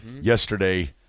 yesterday